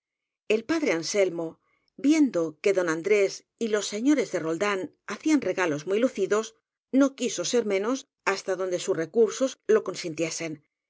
el padre anselmo viendo que don andrés y los señores de roldán hacían regalos muy lucidos no quiso ser menos hasta donde sus recursos lo con